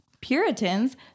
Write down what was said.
Puritans